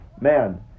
Man